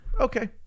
okay